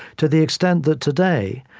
to the extent that today,